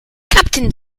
captain